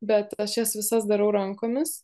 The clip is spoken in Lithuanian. bet aš jas visas darau rankomis